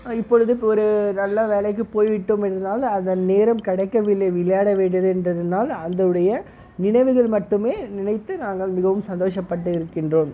இப்பொழுது ஒரு நல்ல வேலைக்குப் போய்விட்டோம் என்றால் அதன் நேரம் கிடைக்கவில்லை விளையாட வேண்டியது என்றிருந்தால் அந்தனுடைய நினைவுகள் மட்டுமே நினைத்து நாங்கள் மிகவும் சந்தோஷப்பட்டு இருக்கின்றோம்